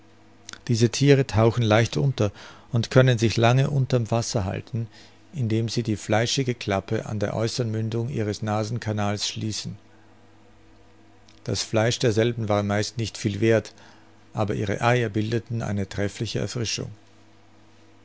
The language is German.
diese thiere tauchen leicht unter und können sich lange unter'm wasser halten indem sie die fleischige klappe an der äußern mündung ihres nasencanals schließen das fleisch derselben war meist nicht viel werth aber ihre eier bildeten eine treffliche erfrischung